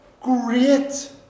great